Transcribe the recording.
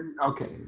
Okay